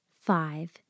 five